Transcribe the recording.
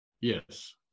yes